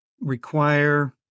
require